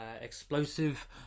Explosive